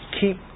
keep